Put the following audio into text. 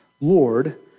Lord